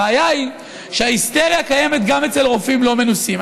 הבעיה היא שההיסטריה קיימת גם אצל רופאים לא מנוסים.